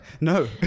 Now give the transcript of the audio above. No